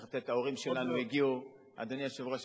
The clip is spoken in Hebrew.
אדוני היושב-ראש,